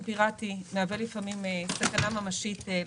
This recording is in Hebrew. פיראטי מהווה לפעמים סכנה ממשית לציבור.